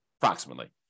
approximately